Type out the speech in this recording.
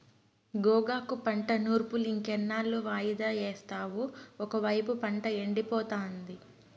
గోగాకు పంట నూర్పులింకెన్నాళ్ళు వాయిదా యేస్తావు ఒకైపు పంట ఎండిపోతాంది